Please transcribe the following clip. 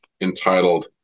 entitled